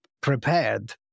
prepared